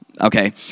okay